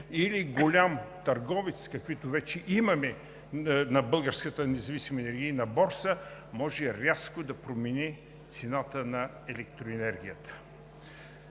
или голям търговец, каквито вече имаме на Българската независима енергийна борса, може рязко да се промени цената на електроенергията.